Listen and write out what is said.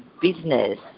business